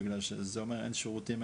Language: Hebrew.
זה אומר שאין שירותים,